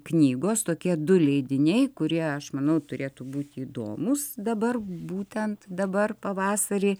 knygos tokie du leidiniai kurie aš manau turėtų būt įdomūs dabar būtent dabar pavasarį